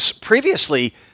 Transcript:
previously